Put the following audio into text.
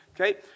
okay